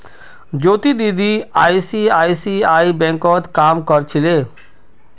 ज्योति दीदी आई.सी.आई.सी.आई बैंकत काम कर छिले